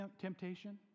temptation